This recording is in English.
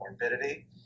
morbidity